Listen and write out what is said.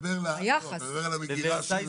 אני מדבר על המגירה של